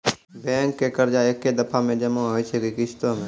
Bank के कर्जा ऐकै दफ़ा मे जमा होय छै कि किस्तो मे?